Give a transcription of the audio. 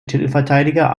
titelverteidiger